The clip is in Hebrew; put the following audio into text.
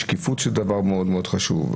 השקיפות זה דבר מאוד חשוב.